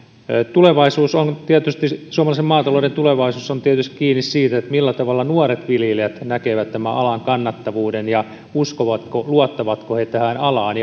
on suomalaisen maatalouden tulevaisuus on tietysti kiinni siitä millä tavalla nuoret viljelijät näkevät tämän alan kannattavuuden ja uskovatko luottavatko he tähän alaan